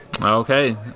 Okay